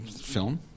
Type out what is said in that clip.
film